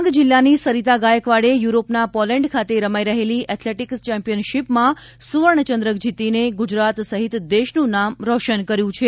ડાંગ જિલ્લાની સરિતા ગાયકવાડે યુરોપના પોલેન્ડ ખાતે રમાઇ રહેલી એથ્લેટિક ચેમ્પિયનશીપમાં સુવર્ણચંદ્રક જીતીને ગુજરાત સહિત દેશનું નામ રોશન કર્યું છે